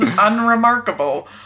unremarkable